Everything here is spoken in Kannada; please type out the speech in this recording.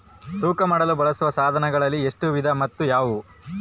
ತೂಕ ಮಾಡಲು ಬಳಸುವ ಸಾಧನಗಳಲ್ಲಿ ಎಷ್ಟು ವಿಧ ಮತ್ತು ಯಾವುವು?